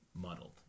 muddled